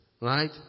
Right